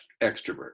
extrovert